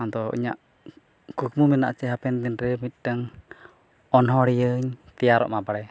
ᱟᱫᱚ ᱤᱧᱟᱹᱜ ᱠᱩᱠᱢᱩ ᱢᱮᱱᱟᱜᱼᱟ ᱦᱟᱯᱮᱱ ᱫᱤᱱ ᱨᱮ ᱢᱤᱫᱴᱟᱹᱝ ᱚᱱᱚᱲᱦᱤᱭᱟᱹᱧ ᱛᱮᱭᱟᱨᱚᱜ ᱢᱟ ᱵᱟᱲᱮ